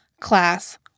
class